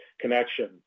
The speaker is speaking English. connection